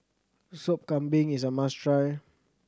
Sop Kambing is a must try